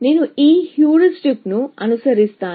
నేను ఈ హ్యూరిస్టిక్ ను అనుసరిస్తాను